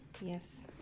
Yes